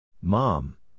Mom